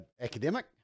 academic